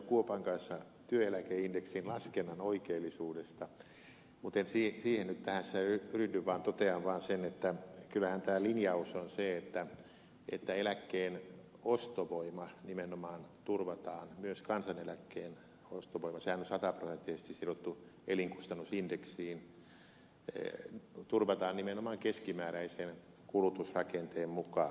kuopan kanssa työeläkeindeksin laskennan oikeellisuudesta mutta en siihen nyt tässä ryhdy vaan totean vaan sen että kyllähän linjaus on se että eläkkeen ostovoima nimenomaan turvataan myös kansaneläkkeen ostovoima sehän on sataprosenttisesti sidottu elinkustannusindeksiin turvataan nimenomaan keskimääräisen kulutusrakenteen mukaan